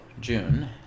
June